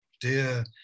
Dear